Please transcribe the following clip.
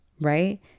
right